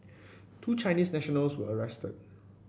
two Chinese nationals were arrested